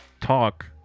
talk